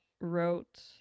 wrote